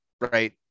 right